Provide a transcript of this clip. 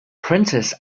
prentice